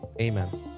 amen